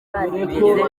barigeze